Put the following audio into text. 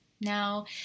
Now